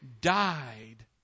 died